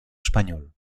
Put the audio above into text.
español